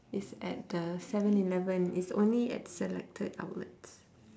is at the 7-Eleven it's only at selected outlets